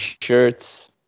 shirts